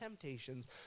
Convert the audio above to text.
temptations